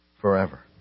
forever